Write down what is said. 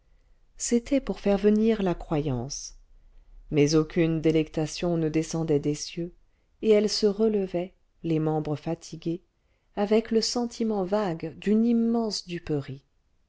c'était pour faire venir la croyance mais aucune délectation ne descendait des cieux et elle se relevait les membres fatigués avec le sentiment vague d'une immense duperie